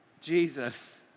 Jesus